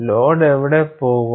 load എവിടെ പോകും